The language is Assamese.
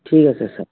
ঠিক আছে ছাৰ